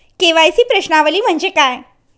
KYC प्रश्नावली म्हणजे काय?